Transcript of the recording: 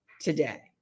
today